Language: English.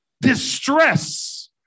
distress